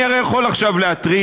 אני הרי יכול עכשיו להתריס,